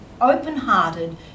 open-hearted